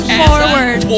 forward